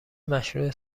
مشروح